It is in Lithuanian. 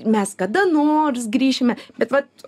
mes kada nors grįšime bet vat